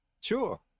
Sure